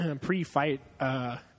pre-fight